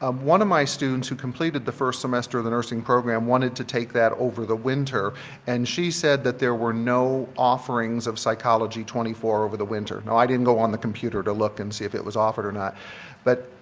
um one of my students who completed the first semester of the nursing program wanted to take that over the winter and she said that there were no offerings of psychology twenty four over the winter. now, i didn't go on to computer to look and see if it was offered or not but